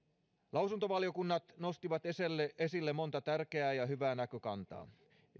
lausuntovaliokunnat nostivat esille esille monta tärkeää ja hyvää näkökantaa